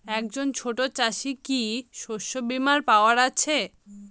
একজন ছোট চাষি কি শস্যবিমার পাওয়ার আছে?